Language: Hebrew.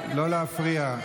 לא להפריע.